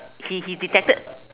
he he detected